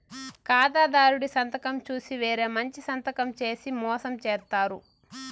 ఖాతాదారుడి సంతకం చూసి వేరే మంచి సంతకం చేసి మోసం చేత్తారు